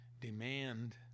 demand